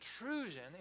intrusion